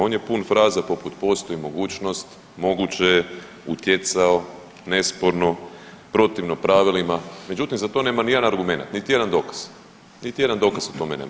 On jer pun fraza poput postoji mogućnost, moguće je, utjecao, nesporno, protivno pravilima, međutim za to nema ni jedan argumenat, niti jedan dokaz, niti jedan dokaz o tome nema.